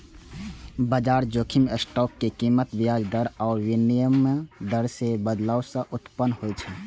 बाजार जोखिम स्टॉक के कीमत, ब्याज दर आ विनिमय दर मे बदलाव सं उत्पन्न होइ छै